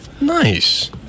Nice